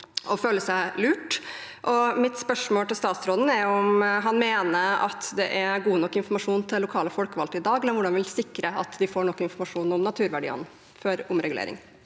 og føler seg lurt. Mitt spørsmål til statsråden er: Mener han at det er god nok informasjon til lokale folkevalgte i dag, og hvordan vil han sikre at vi får nok informasjon om naturverdiene før omregulering?